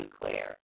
clear